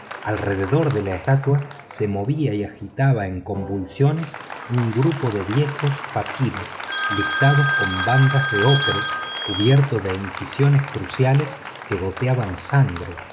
alrededor de la estatua se movía y agitaba en convulsiones un grupo de fakires listados con bandas de ocre cubiertos de incisiones cruciales que goteaban sangre